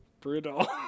brutal